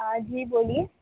ہاں جی بولیے